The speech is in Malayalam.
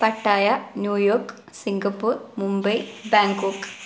Pattaya New York Singapore Mumbai Bangkok